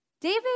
David